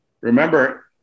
remember